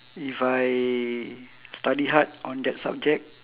if I study hard on that subject